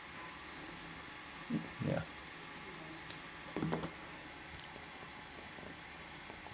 yeah